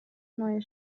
neue